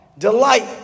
delight